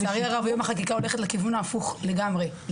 לצערי הרב היום החקיקה הולכת לכיוון ההפוך לגמרי.